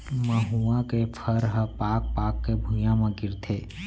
मउहा के फर ह पाक पाक के भुंइया म गिरथे